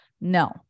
No